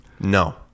No